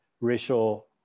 racial